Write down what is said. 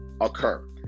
occur